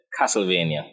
Castlevania